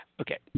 Okay